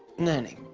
nanny,